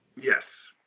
Yes